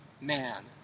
man